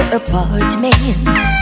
apartment